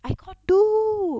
I got do